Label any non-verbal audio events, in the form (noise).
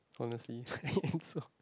honestly (laughs)